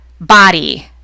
body